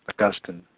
Augustine